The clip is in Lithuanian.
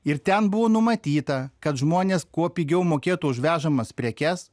ir ten buvo numatyta kad žmonės kuo pigiau mokėtų už vežamas prekes